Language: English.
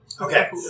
Okay